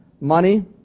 Money